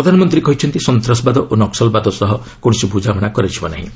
ପ୍ରଧାନମନ୍ତ୍ରୀ କହିଛନ୍ତି ସନ୍ତାସବାଦ ଓ ନକ୍କଲବାଦ ସହ କୌଣସି ବୁଝାମଣା କରାଯିବ ନାହିଁ